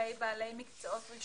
לגבי בעלי מקצועות רשומים.